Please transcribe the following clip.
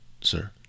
sir